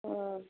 হুম